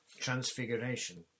transfiguration